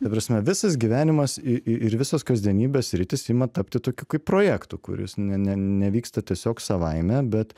ta prasme visas gyvenimas i ir visos kasdienybės sritis ima tapti tokiu kaip projektu kuris ne ne nevyksta tiesiog savaime bet